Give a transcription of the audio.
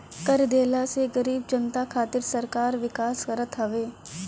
कर देहला से गरीब जनता खातिर सरकार विकास करत हवे